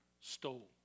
stole